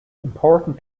important